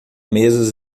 mesas